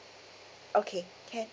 okay can